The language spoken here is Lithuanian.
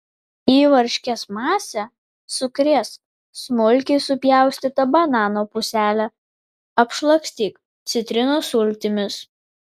į varškės masę sukrėsk smulkiai supjaustytą banano puselę apšlakstyk citrinos sultimis